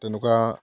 তেনেকুৱা